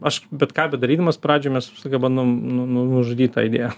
aš bet ką bedarydamas pradžioj mes visą laiką bandom nu nu nužudyt tą idėją